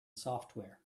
software